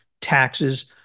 taxes